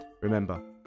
Remember